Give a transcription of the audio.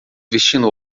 vestindo